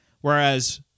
Whereas